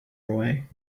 away